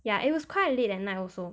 ya it was quite late at night also